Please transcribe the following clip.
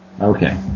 Okay